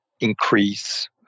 increase